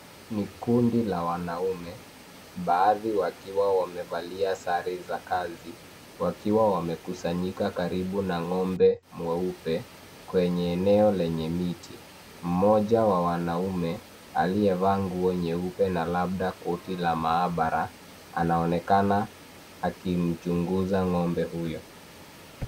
Ni kundi la wanaume baadhi wakiwa wamevalia sare za kazi wakiwa wamekusanyika karibu na ng'ombe mweupe kwenye eneo lenye miti. Mmoja wa wanaume aliyevaa nguo nyeupe na labda koti la maabara anaonekana akimchunguza ng'ombe huyo.